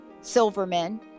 Silverman